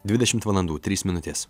dvidešimt valandų trys minutės